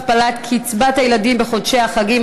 הכפלת קצבת הילדים בחודשי החגים),